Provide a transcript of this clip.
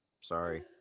Sorry